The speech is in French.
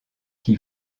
qui